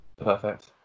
perfect